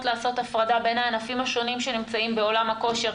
לעשות הפרדה בין הענפים השונים שנמצאים בעולם הכושר,